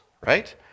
right